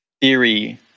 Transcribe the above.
theory